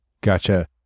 Gotcha